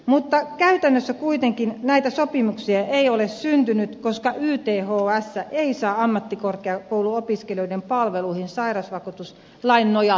mutta käytännössä kuitenkaan näitä sopimuksia ei ole syntynyt koska yths ei saa ammattikorkeakouluopiskelijoiden palveluihin sairausvakuutuslain nojalla korvausta